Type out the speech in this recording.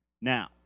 Now